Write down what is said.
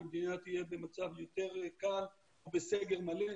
האם המדינה תהיה במצב יותר קל או בסגר מלא,